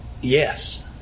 yes